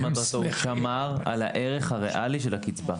מטרתו והוא שמר על הערך הריאלי של הקצבה.